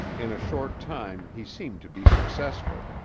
in a short time he seemed to be successful,